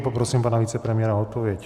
Poprosím pana vicepremiéra o odpověď.